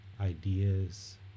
ideas